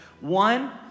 One